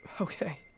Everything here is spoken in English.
Okay